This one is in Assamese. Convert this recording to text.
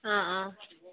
অঁ অঁ